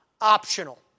optional